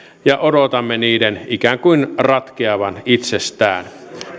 ja odotamme niiden ikään kuin ratkeavan itsestään